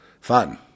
fun